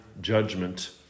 judgment